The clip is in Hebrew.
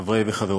שחברי כנסת,